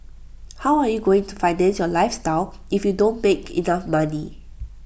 how are you going to finance your lifestyle if you don't make enough money